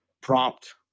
prompt